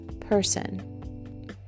person